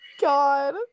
god